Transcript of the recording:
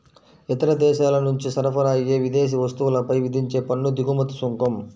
ఇతర దేశాల నుంచి సరఫరా అయ్యే విదేశీ వస్తువులపై విధించే పన్ను దిగుమతి సుంకం